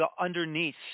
underneath